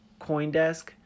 Coindesk